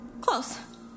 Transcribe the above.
Close